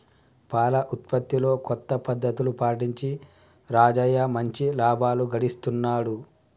పాల ఉత్పత్తిలో కొత్త పద్ధతులు పాటించి రాజయ్య మంచి లాభాలు గడిస్తున్నాడు